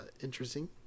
interesting